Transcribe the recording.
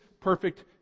perfect